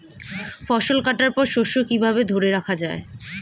ফসল কাটার পর শস্য কিভাবে ধরে রাখা য়ায়?